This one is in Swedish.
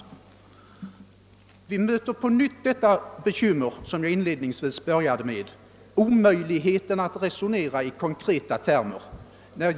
Vi möter på nytt detta bekymmer, som jag inledningsvis började med, nämligen omöjligheten att resonera i konkreta termer.